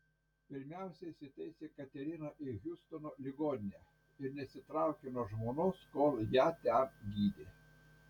pirmiausia jis įtaisė kateriną į hjustono ligoninę ir nesitraukė nuo žmonos kol ją ten gydė